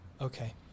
Okay